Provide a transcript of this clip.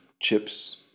chips